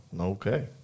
Okay